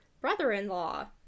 brother-in-law